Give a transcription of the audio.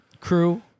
Crew